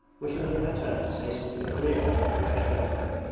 wishing in her turn to say something agreeable to lukashka's mother.